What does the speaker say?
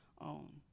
own